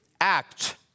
act